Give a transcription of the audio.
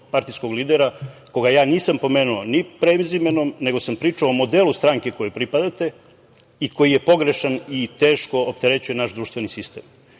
partijskog lidera koga nisam pomenuo ni prezimenom, nego sam pričao o modelu stranke kojoj pripadate i koji je pogrešan i teško opterećuje naš društveni sistem. To